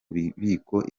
bubiko